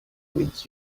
with